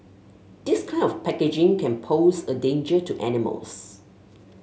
this kind of packaging can pose a danger to animals